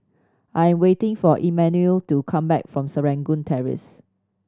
I'm waiting for Emanuel to come back from Serangoon Terrace